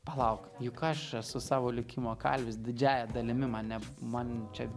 palauk juk aš esu savo likimo kalvis didžiąja dalimi man ne man čia